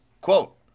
Quote